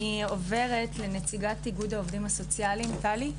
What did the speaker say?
אני עוברת לנציגת איגוד העובדים הסוציאליים, טלי.